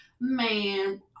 man